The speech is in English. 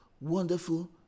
wonderful